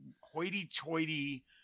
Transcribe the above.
hoity-toity